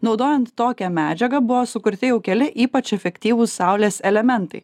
naudojant tokią medžiagą buvo sukurti jau keli ypač efektyvūs saulės elementai